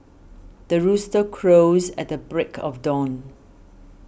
the rooster crows at the break of dawn